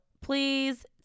please